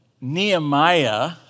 Nehemiah